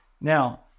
Now